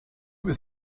was